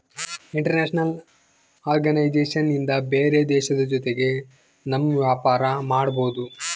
international organisation ಇಂದ ಬೇರೆ ದೇಶದ ಜೊತೆಗೆ ನಮ್ ವ್ಯಾಪಾರ ಮಾಡ್ಬೋದು